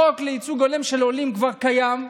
הרי החוק לייצוג הולם של עולים כבר קיים,